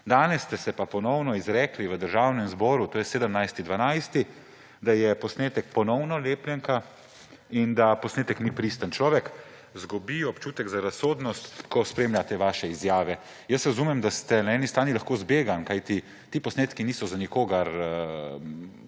Danes ste se pa ponovno izrekli v Državnem zboru, to je 17. 12., da je posnetek lepljenka in da posnetek ni pristen. Človek izgubi občutek za razsodnost, ko spremlja te vaše izjave. Razumem, da ste na eni strani lahko zbegani, kajti ti posnetki niso za nikogar